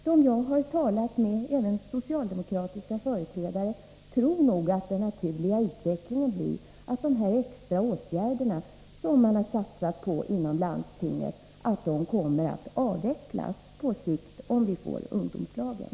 De jag har talat med, även socialdemokratiska företrädare, tror att den naturliga utvecklingen blir att de här extra åtgärderna som landstingen har satsat på kommer att avvecklas på sikt, om vi får ungdomslagen.